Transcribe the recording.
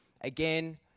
again